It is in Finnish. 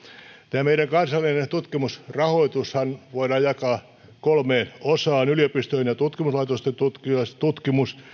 tämä meidän kansallinen tutkimusrahoitushan voidaan jakaa kolmeen osaan yliopistojen ja tutkimuslaitosten tutkimus